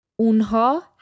Unha